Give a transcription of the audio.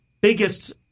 biggest